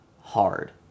hard